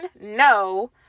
No